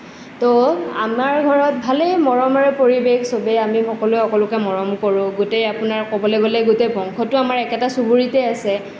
তো আমাৰ ঘৰত ভালেই মৰমেৰে পৰিৱেশ সবেই আমি সকলোৱে সকলোকে মৰম কৰোঁ গোটেই আপোনাৰ ক'বলৈ গ'লে গোটেই বংশটো আমাৰ একেটা চুবুৰীতে আছে